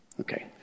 Okay